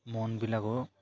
মনবিলাকো